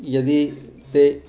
यदि ते